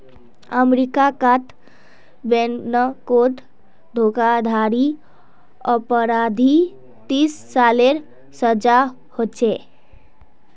अमेरीकात बैनकोत धोकाधाड़ी अपराधी तीस सालेर सजा होछे